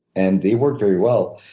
and they work very well.